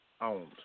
Owned